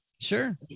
Sure